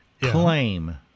claim